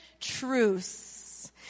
Truce